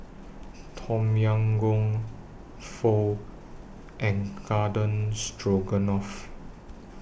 Tom Yam Goong Pho and Garden Stroganoff